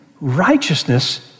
righteousness